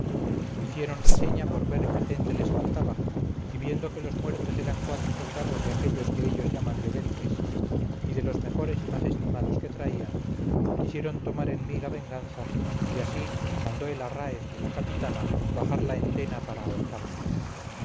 hicieron reseña por ver qué gente les faltaba y viendo que los muertos eran cuatro soldados de aquellos que ellos llaman leventes y de los mejores y más estimados que traían quisieron tomar en mí la venganza y así mandó el arráez de la capitana bajar la entena para ahorcarme